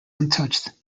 untouched